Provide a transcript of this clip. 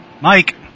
Mike